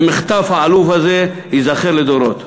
המחטף העלוב הזה ייזכר לדורות.